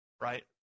right